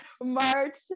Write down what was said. march